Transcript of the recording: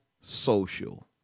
social